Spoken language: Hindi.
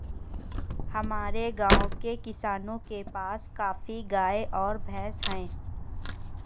हमारे गाँव के किसानों के पास काफी गायें और भैंस है